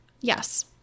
Yes